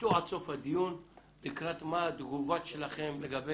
תתעשתו עד סוף הדיון לקראת מה התגובה שלכם לגבי